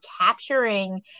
capturing